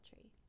tree